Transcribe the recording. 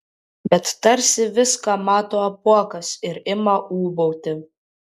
bet tarsi viską mato apuokas ir ima ūbauti